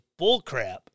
bullcrap